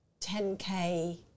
10K